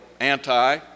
anti